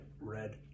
red